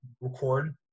record